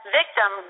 victim